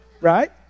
Right